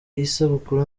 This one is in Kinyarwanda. isabukuru